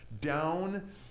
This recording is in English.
down